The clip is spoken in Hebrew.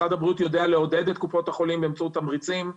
משרד הבריאות יודע לעודד את קופות החולים באמצעות תמריצים,